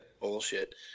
bullshit